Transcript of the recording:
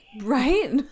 Right